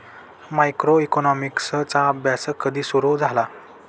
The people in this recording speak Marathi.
मायक्रोइकॉनॉमिक्सचा अभ्यास कधी सुरु झाला?